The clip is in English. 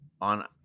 on